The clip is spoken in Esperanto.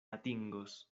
atingos